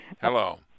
Hello